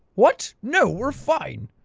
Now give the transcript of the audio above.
what? no. we're fine.